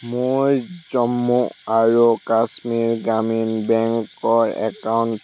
মোৰ জম্মু আৰু কাশ্মীৰ গ্ৰামীণ বেংকৰ একাউণ্ট